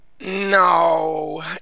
No